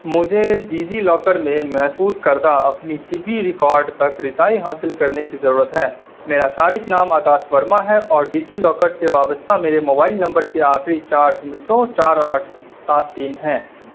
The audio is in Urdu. مجھے ڈیجی لاکر میں محفوظ کردہ اپنی طبی ریکاڈ تک رسائی حاصل کرنے کی ضرورت ہے میرا صارف نام آکاش ورما ہے اور ڈیجی لاکر سے وابستہ میرے موبائل نمبر کے آخری چار ہندسوں چار آٹھ سات تین ہیں